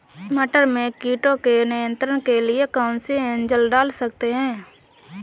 मटर में कीटों के नियंत्रण के लिए कौन सी एजल डाल सकते हैं?